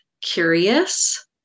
curious